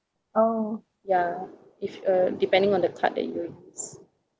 yeah if uh depending on the card that you use